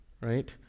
right